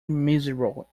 miserable